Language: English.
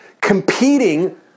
competing